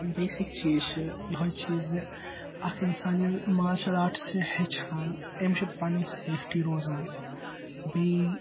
basic چیٖز چھُ یِہَے چیٖز زِ اَکھ اِنسان ییٚلہِ مارشَل آرٹس چھُ ہیٚچھان أمِس چھُ پَنٕنۍ سیٚفٹِی روزان بیٚیہِ